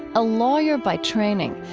a lawyer by training,